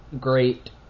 great